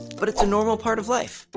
but it's a normal part of life.